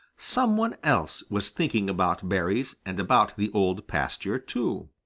some one else was thinking about berries and about the old pasture too.